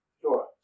Sure